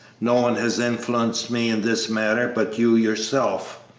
no one has influenced me in this matter but you yourself.